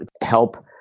help